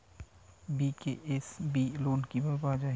BKSB loan কিভাবে পাওয়া যাবে?